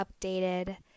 updated